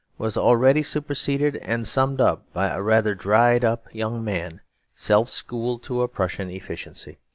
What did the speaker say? was already superseded and summed up by a rather dried-up young man self-schooled to a prussian efficiency.